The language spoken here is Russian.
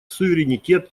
суверенитет